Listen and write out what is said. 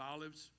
Olives